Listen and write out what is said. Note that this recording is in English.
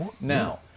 Now